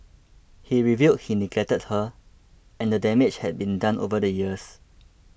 he revealed he neglected her and the damage had been done over the years